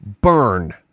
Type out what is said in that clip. burn